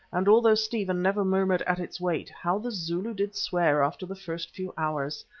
and although stephen never murmured at its weight, how the zulu did swear after the first few hours!